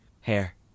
Hair